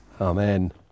Amen